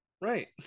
Right